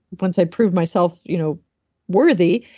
once i proved myself you know worthy.